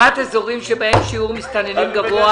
על סדר היום הצעת הגדרת אזורים שבהם שיעור מסתננים גבוה